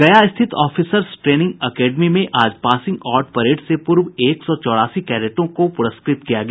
गया स्थित officers training academy में आज पासिंग आउट परेड से पूर्व एक सौ चौरासी कैडेटों को प्रस्कृत किया गया